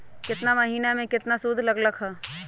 केतना महीना में कितना शुध लग लक ह?